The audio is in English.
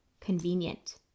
convenient